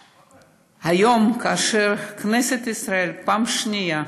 היום, כאשר כנסת ישראל בפעם השנייה